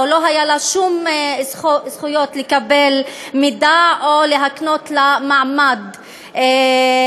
או לא היו לו שום זכויות לקבל מידע או להקנות לו מעמד חוקי.